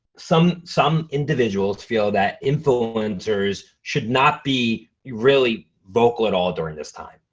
some some individuals feel that influencers should not be really vocal at all during this time.